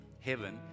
heaven